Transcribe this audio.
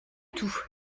tout